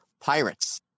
pirates